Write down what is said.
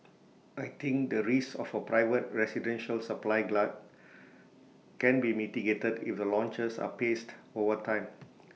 I think the risk of A private residential supply glut can be mitigated if the launches are paced over time